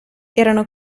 erano